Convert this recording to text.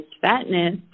fatness